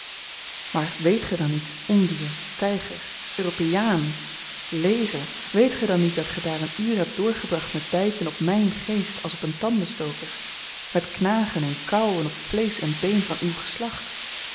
maar weet ge dan niet ondier tyger europeaan lezer weet ge dan niet dat ge daar een uur hebt doorgebracht met byten op myn geest als op een tandenstoker met knagen en kauwen op vleesch en been van uw geslacht